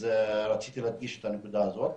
רציתי להדגיש את הנקודה הזאת.